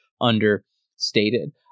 understated